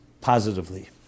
Positively